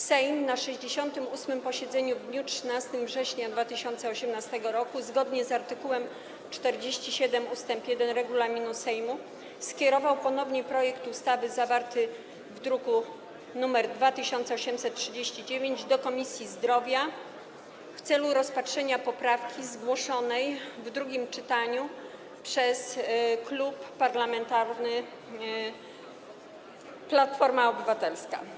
Sejm na 68. posiedzeniu w dniu 13 września 2018 r. zgodnie z art. 47 ust. 1 regulaminu Sejmu skierował ponownie projekt ustawy zawarty w druku nr 2839 do Komisji Zdrowia w celu rozpatrzenia poprawki zgłoszonej w drugim czytaniu przez Klub Parlamentarny Platforma Obywatelska.